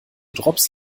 drops